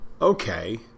okay